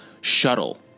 shuttle